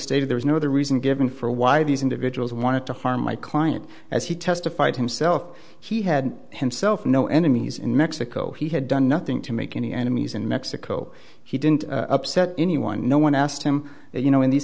stated there is no other reason given for why these individuals wanted to harm my client as he testified himself he had himself no enemies in mexico he had done nothing to make any enemies in mexico he didn't upset anyone no one asked him you know in these